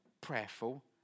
prayerful